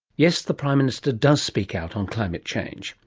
yes, the prime minister does speak out on climate change.